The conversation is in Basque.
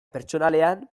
pertsonalean